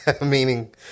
Meaning